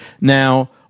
Now